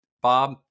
Bob